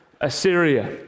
Assyria